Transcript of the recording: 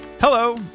Hello